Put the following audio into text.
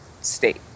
state